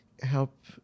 help